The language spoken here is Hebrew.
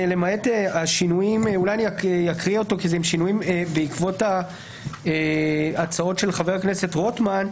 למעט השינויים בעקבות ההצעות של חבר הכנסת רוטמן.